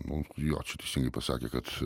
mums jo čia teisingai pasakė kad